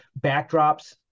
backdrops